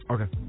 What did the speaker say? Okay